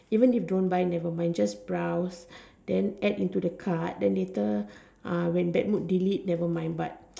even if don't buy never mind just browse then add into the cart then later uh when bad mood delete never mind but